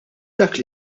dak